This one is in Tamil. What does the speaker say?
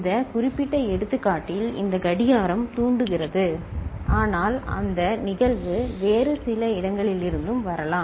இந்த குறிப்பிட்ட எடுத்துக்காட்டில் இந்த கடிகாரம் தூண்டுகிறது ஆனால் அந்த நிகழ்வு வேறு சில இடங்களிலிருந்தும் வரலாம்